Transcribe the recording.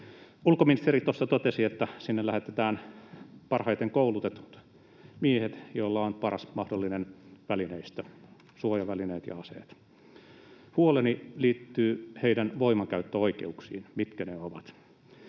Ulkoministeri tuossa totesi, että sinne lähetetään parhaiten koulutetut miehet, joilla on paras mahdollinen välineistö, suojavälineet ja aseet. Huoleni liittyy heidän voimankäyttöoikeuksiinsa. Mitkä ne ovat?